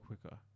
quicker